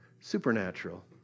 supernatural